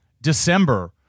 December